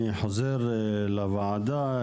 אני חוזר לוועדה.